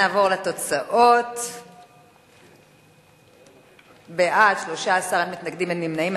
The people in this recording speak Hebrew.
נעבור לתוצאות: בעד, 13, אין מתנגדים, אין נמנעים.